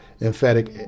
emphatic